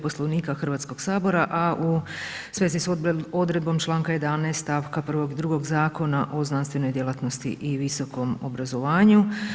Poslovnika Hrvatskoga sabora a u svezi sa odredbom članka 11., stavka 1. i 2. Zakona o znanstvenoj djelatnosti i visokom obrazovanju.